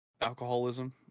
alcoholism